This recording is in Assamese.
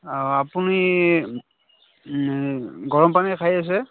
অঁ আপুনি গৰম পানী খাই আছে